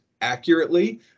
accurately